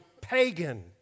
pagan